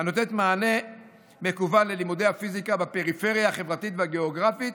הנותנת מענה מקוון ללימודי הפיזיקה בפריפריה החברתית והגיאוגרפית,